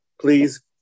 please